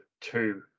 two